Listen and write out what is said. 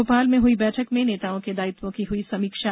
भोपाल में हुई बैठक में नेताओं के दायित्वों की हुई समीक्षा